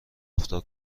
رفتار